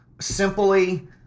simply